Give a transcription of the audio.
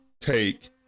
take